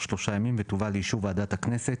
שלושה ימים ותובא לאישור ועדת הכנסת,